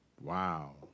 Wow